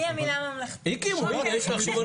יש ישיבה